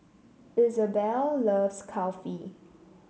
Izabelle loves Kulfi